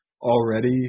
already